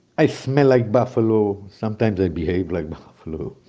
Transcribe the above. i smell like buffalo. sometimes i behave like buffalo.